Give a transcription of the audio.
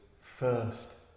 First